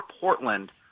Portland